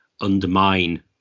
undermine